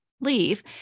leave